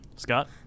Scott